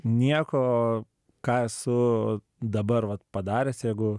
nieko ką su dabar vat padaręs jeigu